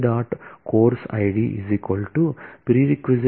course id prereq